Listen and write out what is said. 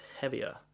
heavier